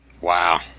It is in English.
Wow